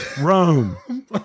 Rome